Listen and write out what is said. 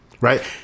Right